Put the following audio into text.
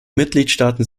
mitgliedstaaten